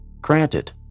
Granted